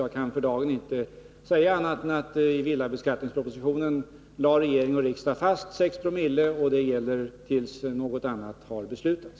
Jag kan för dagen inte säga annat än att regering och riksdag lade fast 6 Ze i villabeskattningspropositionen, och det gäller tills något annat har beslutats.